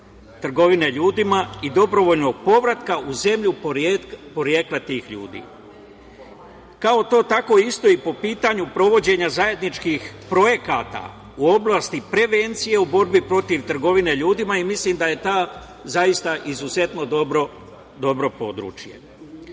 trgovine ljudima i dobrovoljnog povratka u zemlju porekla tih ljudi. Isto je i po pitanju sprovođenja zajedničkih projekata u oblasti prevencije u borbi protiv trgovine ljudima i mislim da je to izuzetno dobro područje. Nadalje,